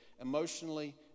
emotionally